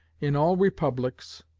in all republics,